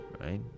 right